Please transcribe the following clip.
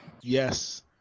yes